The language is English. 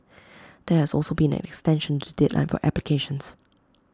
there has also been an extension to the deadline for applications